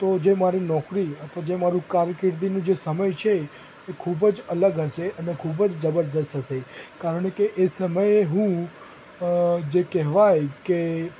તો જે મારી નોકરી અથવા જે મારું કારકિર્દીનું જે સમય છે એ ખૂબ જ અલગ હશે અને ખૂબ જ જબરદસ્ત હશે કારણ કે એ સમય એ હું જે કહેવાય કે